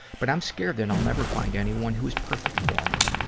but i'm scared that i'll never find anyone who's perfect for me.